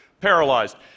paralyzed